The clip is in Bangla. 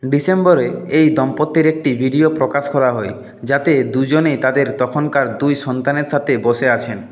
ডিসেম্বরে এই দম্পতির একটি ভিডিও প্রকাশ করা হয় যাতে দুজনেই তাদের তখনকার দুই সন্তানের সাথে বসে আছেন